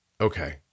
okay